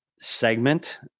segment